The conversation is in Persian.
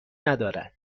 ندارد